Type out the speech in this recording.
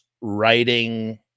writing